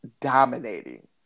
dominating